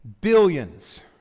Billions